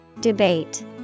Debate